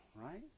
right